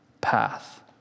path